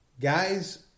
guys